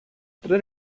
tre